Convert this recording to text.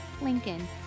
Lincoln